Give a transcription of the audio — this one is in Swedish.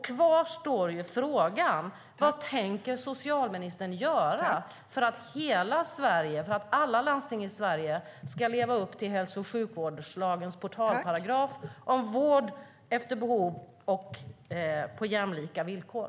Kvar står frågan: Vad tänker socialministern göra för att alla landsting i Sverige ska leva upp till hälso och sjukvårdslagens portalparagraf om vård efter behov och på jämlika villkor?